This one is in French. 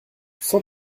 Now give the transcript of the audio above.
cent